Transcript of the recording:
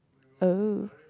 oh